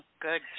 good